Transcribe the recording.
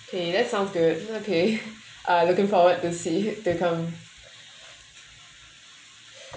okay that sounds good okay uh looking forward to see to come